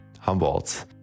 Humboldt